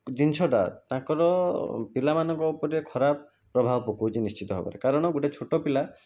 ଜିନିଷଟା ତାଙ୍କର ପିଲାମାନଙ୍କ ଉପରେ ଖରାପ୍ ପ୍ରଭାବ ପକାଉଛି ନିଶ୍ଚିନ୍ତ ଭାବରେ କାରଣ ଗୋଟେ ଛୋଟପିଲା